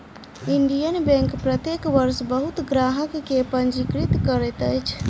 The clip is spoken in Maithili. इंडियन बैंक प्रत्येक वर्ष बहुत ग्राहक के पंजीकृत करैत अछि